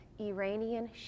iranian